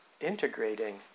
integrating